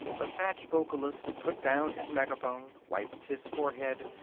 the fat vocalist put down his megaphone, wiped his forehead,